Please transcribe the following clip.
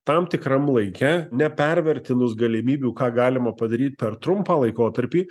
tam tikram laike ne pervertinus galimybių ką galima padaryti per trumpą laikotarpį